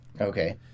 okay